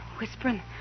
whispering